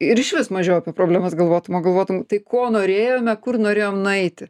ir išvis mažiau apie problemas galvotum o galvotum tai ko norėjome kur norėjom nueiti